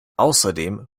außerdem